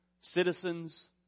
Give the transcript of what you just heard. citizens